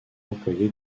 employé